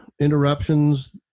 interruptions